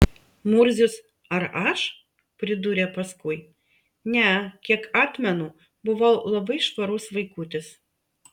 murzius ar aš pridūrė paskui ne kiek atmenu buvau labai švarus vaikutis